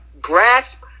grasp